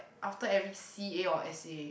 after every c_a or s_a